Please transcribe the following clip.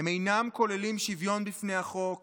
הם אינם כוללים שוויון בפני החוק